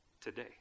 today